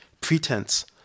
pretense